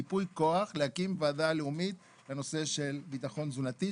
ייפוי כוח להקים ועדה לאומית בנושא של ביטחון תזונתי,